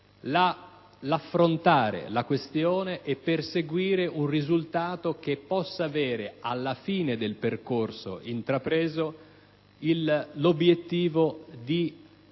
affrontare la questione e perseguire un risultato che possa avere, alla fine del percorso intrapreso, l'obiettivo di